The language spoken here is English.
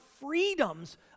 freedoms